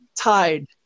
tide